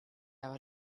our